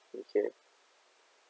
okay